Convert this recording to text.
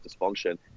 dysfunction